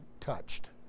touched